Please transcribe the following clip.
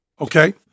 okay